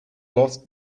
lost